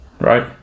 right